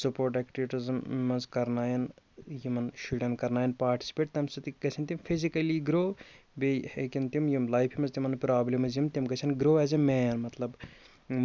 support اٮ۪کٹِوٹیٖزَن منٛز کَرناوَن یِمَن شُرٮ۪ن کَرناوَن پاٹِسِپیٹ تَمہِ سۭتۍ تہِ گژھَن تِم فِزِکٔلی گرٛو بیٚیہِ ہیکَن تِم یِم لایفہِ منٛز تِمَن پرٛابلِمٕز یِم تِم گژھَن گرٛو ایز اےٚ مین مطلب